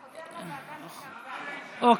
אוקיי,